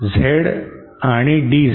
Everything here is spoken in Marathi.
Z आणि dZ